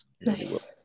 Nice